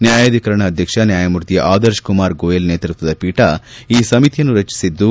ನ್ನಾಯಾಧೀಕರಣ ಅಧ್ಯಕ್ಷ ನ್ಯಾಯಮೂರ್ತಿ ಆದರ್ಶ್ ಕುಮಾರ್ ಗೋಯಲ್ ನೇತೃತ್ವದ ಪೀಠ ಈ ಸಮಿತಿಯನ್ನು ರಚಿಸಿದ್ದು